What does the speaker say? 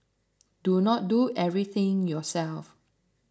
do not do everything yourself